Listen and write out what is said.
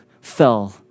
fell